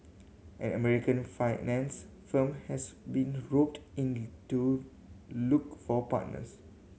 an American finance firm has been roped in to look for partners